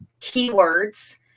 keywords